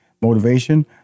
motivation